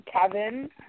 Kevin